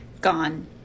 gone